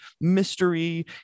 mystery